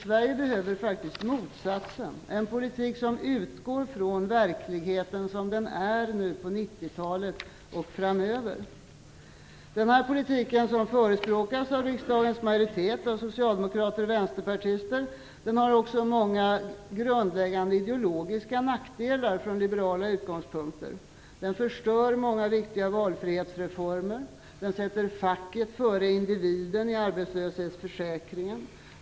Sverige behöver faktiskt motsatsen - en politik som utgår från verkligheten som denna är nu på 90-talet och som den kommer att vara framöver. Den politik som förespråkas av riksdagens majoritet av socialdemokrater och vänsterpartister har också många grundläggande ideologiska nackdelar från liberala utgångspunkter. Den förstör många viktiga valfrihetsreformer. Den sätter facket före individen i arbetslöshetsförsäkringen.